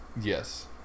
Yes